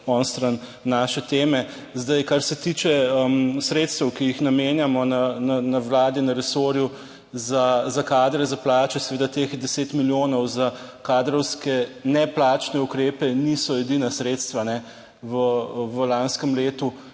onstran naše teme. Zdaj, kar se tiče sredstev, ki jih namenjamo na Vladi, na resorju za kadre, za plače, seveda teh deset milijonov za kadrovske neplačne ukrepe niso edina sredstva. V lanskem letu